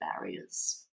barriers